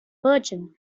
bergen